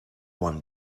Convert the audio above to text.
one